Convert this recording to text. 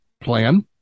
plan